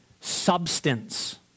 Substance